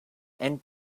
and